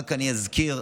רק אזכיר,